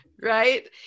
right